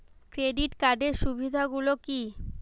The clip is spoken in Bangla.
ক্রেডিট কার্ডের সুবিধা গুলো কি?